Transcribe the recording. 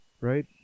right